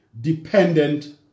dependent